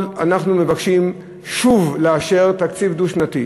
אנחנו מתבקשים שוב לאשר תקציב דו-שנתי.